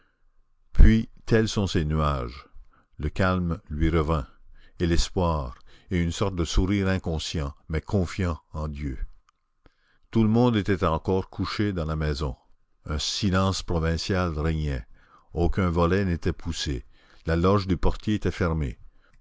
puis tels sont ces nuages le calme lui revint et l'espoir et une sorte de sourire inconscient mais confiant en dieu tout le monde était encore couché dans la maison un silence provincial régnait aucun volet n'était poussé la loge du portier était fermée